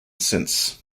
since